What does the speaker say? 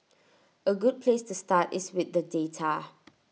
A good place to start is with the data